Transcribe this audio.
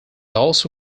also